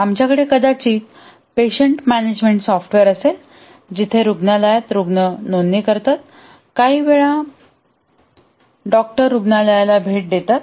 आमच्याकडे कदाचित patient management software असेल जिथे रुग्णालयात रुग्ण नोंदणी करणे डॉक्टर काही वेळा रुग्णालयात भेट देतात